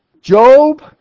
Job